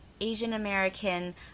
Asian-American